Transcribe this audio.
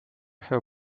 her